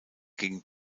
gegen